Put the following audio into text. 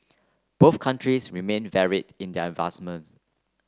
countries remain varied in their advancements